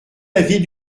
l’avis